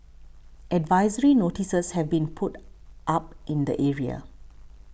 advisory notices have been put up in the area